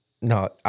No